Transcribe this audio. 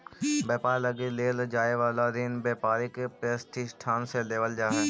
व्यापार लगी लेल जाए वाला ऋण व्यापारिक प्रतिष्ठान से लेवल जा हई